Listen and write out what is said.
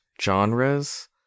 genres